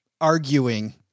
arguing